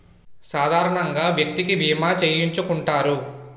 సాధారణంగా వ్యక్తికి బీమా చేయించుకుంటారు